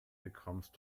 bekommst